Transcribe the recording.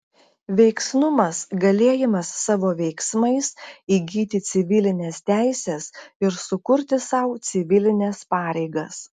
veiksnumas galėjimas savo veiksmais įgyti civilines teises ir sukurti sau civilines pareigas